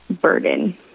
burden